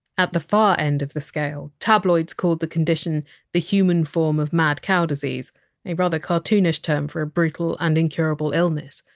at the far end of the scale, tabloids called the condition the human form of mad cow disease a cartoonish term for a brutal and incurable illness.